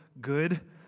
good